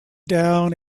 down